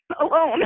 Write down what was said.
alone